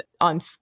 on